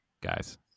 guys